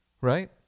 Right